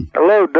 Hello